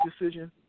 decision